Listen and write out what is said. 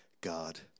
God